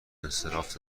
انصراف